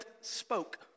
spoke